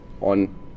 on